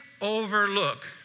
overlook